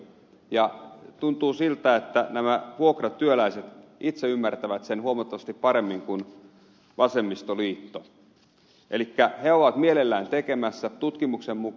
ja tuntuu siltä että nämä vuokratyöläiset itse ymmärtävät sen huomattavasti paremmin kuin vasemmistoliitto elikkä he ovat mielellään tekemänsä tutkimuksen muut